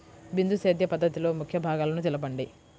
బిందు సేద్య పద్ధతిలో ముఖ్య భాగాలను తెలుపండి?